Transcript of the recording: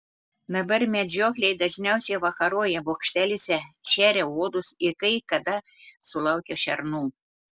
dabar medžiokliai dažniausiai vakaroja bokšteliuose šeria uodus ir kai kada sulaukia šernų